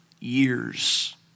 years